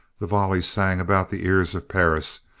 the volley sang about the ears of perris,